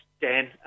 Dan